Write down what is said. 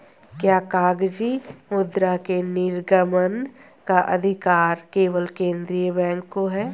क्या कागजी मुद्रा के निर्गमन का अधिकार केवल केंद्रीय बैंक को है?